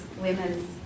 women